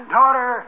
Daughter